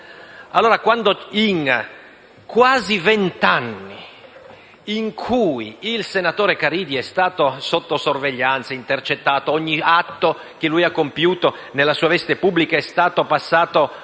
Se, dopo quasi vent'anni in cui il senatore Caridi è stato sotto sorveglianza, intercettato, in cui ogni atto che ha compiuto nella sua veste pubblica è stato passato